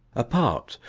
apart,